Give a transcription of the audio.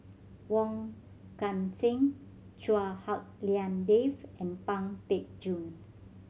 Wong Kan Seng Chua Hak Lien Dave and Pang Teck Joon